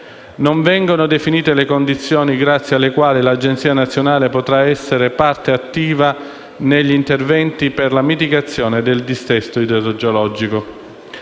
Non vengono definite le condizioni grazie alle quali l'Agenzia nazionale potrà essere parte attiva negli interventi per la mitigazione del dissesto idrogeologico.